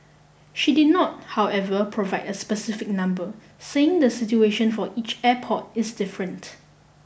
she did not however provide a specific number saying the situation for each airport is different